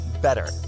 better